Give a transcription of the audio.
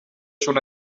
schon